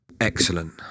Excellent